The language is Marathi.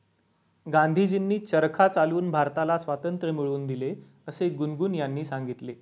गांधीजींनी चरखा चालवून भारताला स्वातंत्र्य मिळवून दिले असे गुनगुन यांनी सांगितले